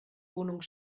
wohnung